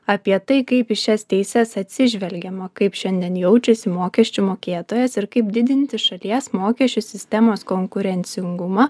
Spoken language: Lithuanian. apie tai kaip į šias teises atsižvelgiama kaip šiandien jaučiasi mokesčių mokėtojas ir kaip didinti šalies mokesčių sistemos konkurencingumą